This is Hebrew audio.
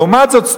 לעומת זאת,